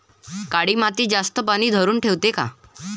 काळी माती जास्त पानी धरुन ठेवते का?